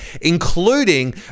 including